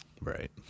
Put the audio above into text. Right